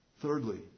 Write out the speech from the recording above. Thirdly